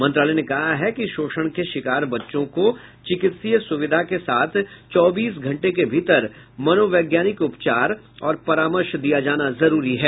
मंत्रालय ने कहा है कि शोषण के शिकार बच्चों को चिकित्सीय सुविधा के साथ चौबीस घंटे के भीतर मनोवैज्ञानिक उपचार और परामर्श दिया जाना जरूरी है